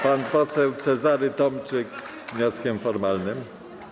Pan poseł Cezary Tomczyk z wnioskiem formalnym.